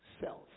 Self